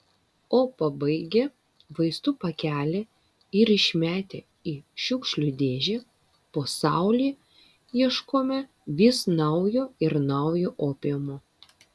o pabaigę vaistų pakelį ir išmetę į šiukšlių dėžę po saule ieškome vis naujo ir naujo opiumo